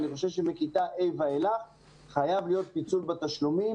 אני חושב שמכיתה ה' ואילך חייב להיות פיצול בתשלומים